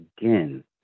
again